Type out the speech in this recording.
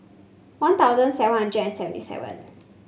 One Thousand seven hundred and seventy seven